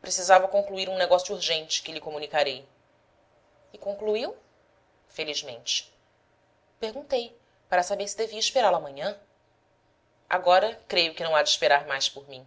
precisava concluir um negócio urgente que lhe comunicarei e concluiu felizmente perguntei para saber se devia esperá-lo amanhã agora creio que não há de esperar mais por mim